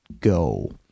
go